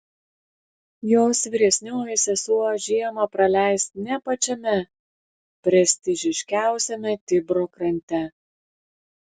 jos vyresnioji sesuo žiemą praleis ne pačiame prestižiškiausiame tibro krante